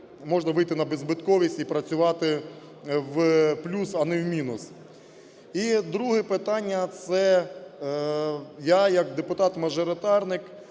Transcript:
можна вийти на беззбитковість і працювати в плюс, а не в мінус. І друге питання – це я як депутат мажоритарник